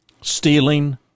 stealing